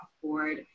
afford